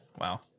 Wow